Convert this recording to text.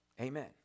Amen